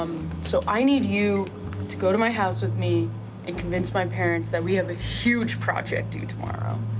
so i need you to go to my house with me and convince my parents that we have a huge project due tomorrow,